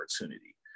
opportunity